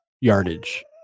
yardage